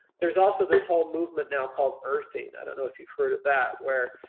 there's also this whole movement now called earthing. i don't know if you've heard of that where